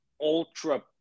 ultra